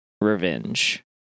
revenge